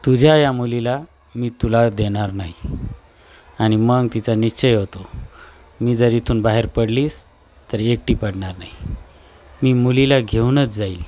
तुझ्या या मुलीला मी तुला देणार नाही आणि मग तिचा निश्चय होतो मी जर इथून बाहेर पडलीस तर एकटी पडणार नाही मी मुलीला घेऊनच जाईल